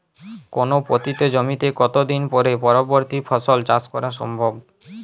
কোনো পতিত জমিতে কত দিন পরে পরবর্তী ফসল চাষ করা সম্ভব?